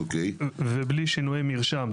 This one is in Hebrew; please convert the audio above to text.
ובלי שינויי מרשם.